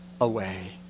away